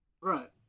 Right